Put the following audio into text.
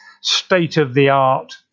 State-of-the-art